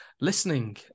listening